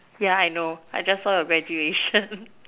ya I know I just saw your graduation